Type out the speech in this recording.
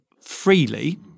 freely